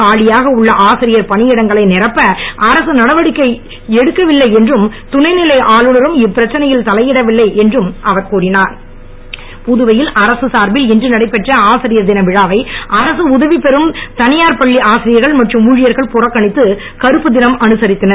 காலியாக உள்ள ஆசிரியர் பணியிடங்களை நிரப்ப அரசு நடவடிக்கை எடுக்க வில்லை என்றும் துணை நிலை ஆளுநரும் இப்பிரச்சனையில் தலையிடவில்லை என்றும் அவர் கூறினார் புதுவையில் அரசு சார்பில் இன்று நடைபெற்ற ஆசிரியர் தின விழாவை அரசு உதவி பெரும் தனியார் பள்ளி ஆசிரியர்கள் மற்றும் ஊழியர்கள் புறக்கணித்து கருப்பு தினம் அனுசரித்தனர்